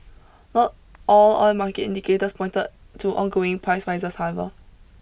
not all oil market indicators pointed to ongoing price rises however